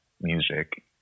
music